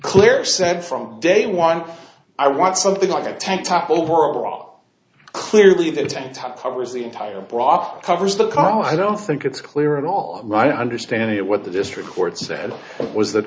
clear said from day one i want something like a tank top overall clearly the tank top covers the entire block covers the car i don't think it's clear at all right i understand it what the district court said was th